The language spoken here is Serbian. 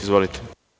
Izvolite.